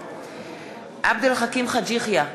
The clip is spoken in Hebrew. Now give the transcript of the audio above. בעד עבד אל חכים חאג' יחיא,